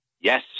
Yes